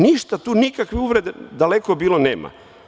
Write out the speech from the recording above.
Ništa tu, nikakve uvrede, daleko bilo, nema.